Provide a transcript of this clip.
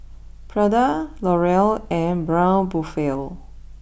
Prada L'Oreal and Braun Buffel